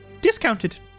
discounted